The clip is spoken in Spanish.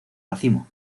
racimo